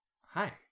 Hi